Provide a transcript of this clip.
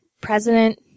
President